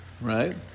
right